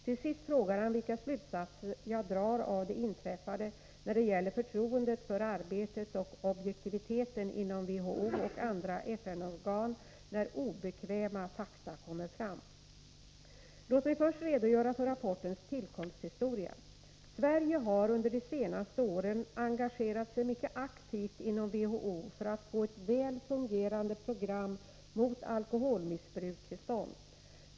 Till sist frågar han vilka slutsatser jag drar av det inträffade när det gäller förtroendet för arbetet och objektiviteten inom WHO och andra FN-organ när ”obekväma” fakta kommer fram. Låt mig först redogöra för rapportens tillkomsthistoria. Sverige har under de senaste åren engagerat sig mycket aktivt inom WHO för att få ett väl fungerande program mot alkoholmissbruk till stånd.